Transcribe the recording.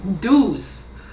dues